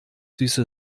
süße